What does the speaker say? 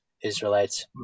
Israelites